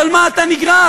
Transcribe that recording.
אבל מה אתה נגרר?